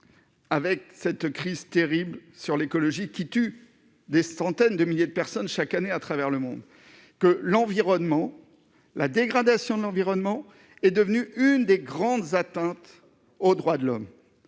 face à une terrible crise écologique, qui tue des centaines de milliers de personnes chaque année à travers le monde. On sait que la dégradation de l'environnement est devenue l'une des grandes atteintes aux droits de l'homme.